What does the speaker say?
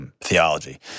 Theology